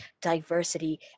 diversity